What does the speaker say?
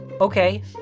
Okay